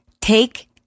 Take